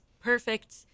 perfect